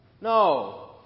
No